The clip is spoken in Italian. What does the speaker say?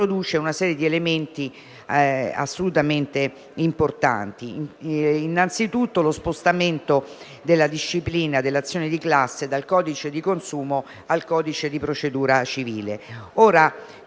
una serie di elementi assolutamente importanti. C'è innanzitutto lo spostamento della disciplina dell'azione di classe dal codice di consumo al codice di procedura civile.